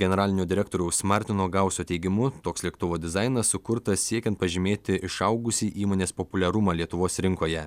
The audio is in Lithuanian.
generalinio direktoriaus martino gauso teigimu toks lėktuvo dizainas sukurtas siekiant pažymėti išaugusį įmonės populiarumą lietuvos rinkoje